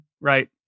right